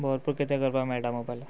भरपूर कितें करपाक मेळटा मोबायलार